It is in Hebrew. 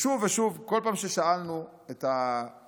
שוב ושוב, כל פעם ששאלנו אתכם